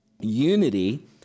unity